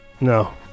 No